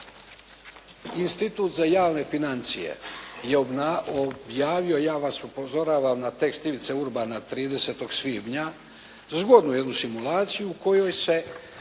Šuker. Institut za javne financije je objavio, ja vas upozoravam na tekst Ivice Urbana, 30. svibnja, zgodnu jednu simulaciju u kojoj se